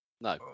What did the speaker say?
no